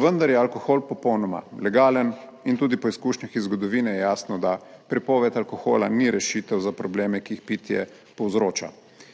vendar je alkohol popolnoma legalen in tudi po izkušnjah iz zgodovine je jasno, da prepoved alkohola ni rešitev za probleme, ki jih pitje povzroča.